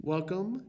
Welcome